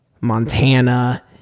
Montana